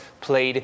played